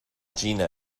gina